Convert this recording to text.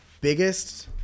biggest